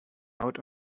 out